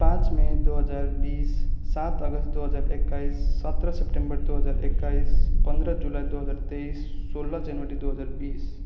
पाँच मे दुई हजार बिस सात अगस्त दुई हजार एक्काइस सत्र सेप्टेम्बर दुई हजार एक्काइस पन्ध्र जुलाई दुई हजार तेइस सोह्र जनवरी दुई हजार बिस